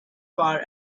far